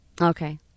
Okay